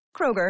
Kroger